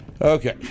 Okay